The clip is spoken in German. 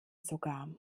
sogar